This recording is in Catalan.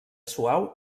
suau